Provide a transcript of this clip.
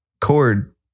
Cord